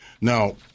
Now